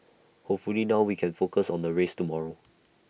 hopefully now we can focus on the race tomorrow